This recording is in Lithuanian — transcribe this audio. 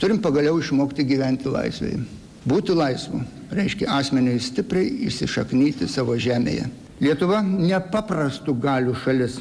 turim pagaliau išmokti gyventi laisvėje būti laisvu reiškia asmeniui stipriai įsišaknyti savo žemėje lietuva nepaprastų galių šalis